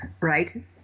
right